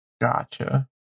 Gotcha